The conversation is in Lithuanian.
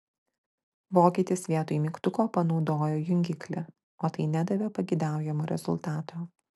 vokietis vietoj mygtuko panaudojo jungiklį o tai nedavė pageidaujamo rezultato